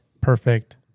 perfect